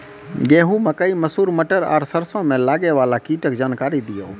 गेहूँ, मकई, मसूर, मटर आर सरसों मे लागै वाला कीटक जानकरी दियो?